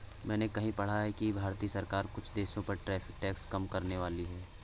मैंने कहीं पढ़ा है कि भारतीय सरकार कुछ देशों पर टैरिफ टैक्स कम करनेवाली है